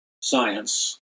science